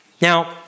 Now